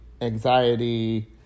anxiety